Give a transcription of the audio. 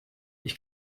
ich